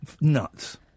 nuts